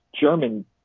German